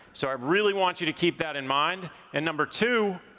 so i really want you to keep that in mind, and number two,